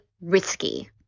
risky